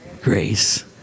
grace